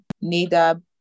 Nadab